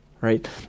right